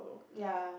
ya